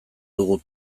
dugu